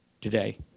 today